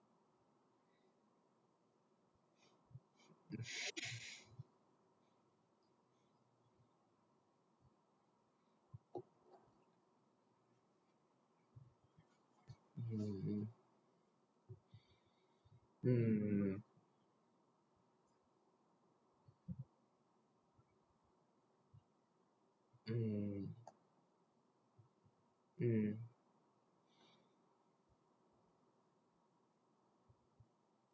mm mm mm mm